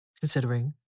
considering